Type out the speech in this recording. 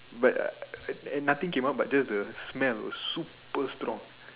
but uh nothing came out but just the smell super strong